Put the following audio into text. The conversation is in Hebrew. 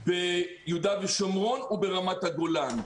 ביהודה ושומרון וברמת הגולן.